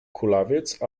kulawiec